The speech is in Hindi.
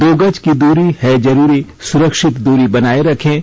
दो गज की दूरी है जरूरी सुरक्षित दूरी बनाए रखें